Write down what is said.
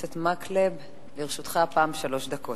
לרשותך שלוש דקות.